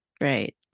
Great